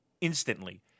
instantly